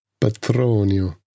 Patronio